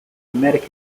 americans